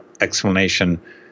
explanation